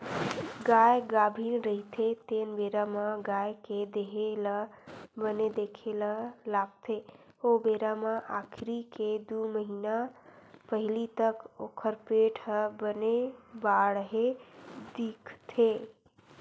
गाय गाभिन रहिथे तेन बेरा म गाय के देहे ल बने देखे ल लागथे ओ बेरा म आखिरी के दू महिना पहिली तक ओखर पेट ह बने बाड़हे दिखथे